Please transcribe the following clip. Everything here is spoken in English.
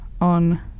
on